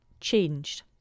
changed